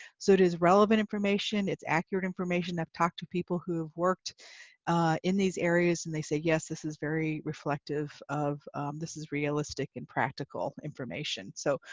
so it is relevant information, it's accurate information, i've talked to people who have worked in these areas, and they say, yes this is very reflective of this is realistic and practical information. so,